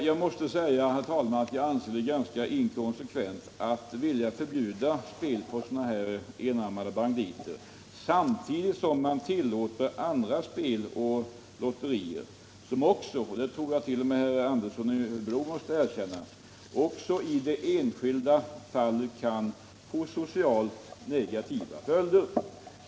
Jag måste säga, herr talman, att jag anser det ganska inkonsekvent att vilja förbjuda spel på enarmade banditer samtidigt som man tillåter andra spel och lotterier, som också — det tror jag att t.o.m. herr Andersson i Örebro måste erkänna — i det enskilda fallet kan få socialt negativa följder.